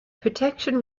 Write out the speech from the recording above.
protection